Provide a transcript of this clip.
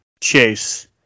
Chase